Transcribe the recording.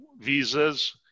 visas